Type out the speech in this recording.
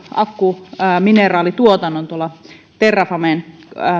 akkumineraalituotannon sähköautoihin terrafamen